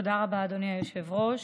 תודה רבה, אדוני היושב-ראש.